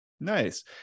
nice